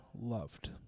loved